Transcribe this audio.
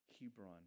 Hebron